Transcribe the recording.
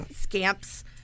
scamps